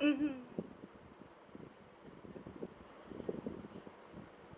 mmhmm mmhmm